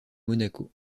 monaco